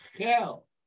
hell